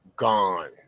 Gone